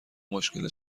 مشکل